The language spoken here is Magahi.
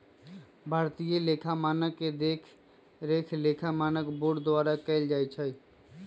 भारतीय लेखा मानक के देखरेख लेखा मानक बोर्ड द्वारा कएल जाइ छइ